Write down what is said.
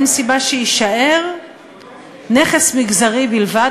אין סיבה שיישאר נכס מגזרי בלבד,